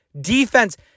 Defense